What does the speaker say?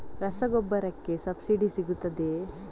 ರಸಗೊಬ್ಬರಕ್ಕೆ ಸಬ್ಸಿಡಿ ಸಿಗುತ್ತದೆಯೇ?